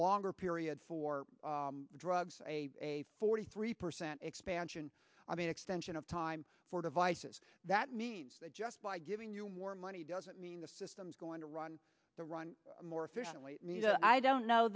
longer period for drugs a forty three percent expansion on the extension of time for devices that means that just by giving you more money doesn't mean the system's going to run the run more efficiently i don't know